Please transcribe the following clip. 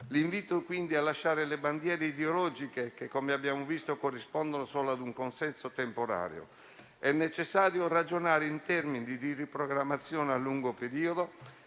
L'invito è quindi a lasciare le bandiere ideologiche che come abbiamo visto corrispondono solo ad un consenso temporaneo. È necessario ragionare in termini di riprogrammazione a lungo periodo